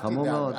אל תדאג.